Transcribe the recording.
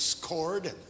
cord